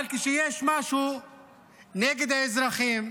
אבל כשיש משהו נגד האזרחים,